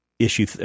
Issue